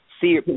See